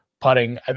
putting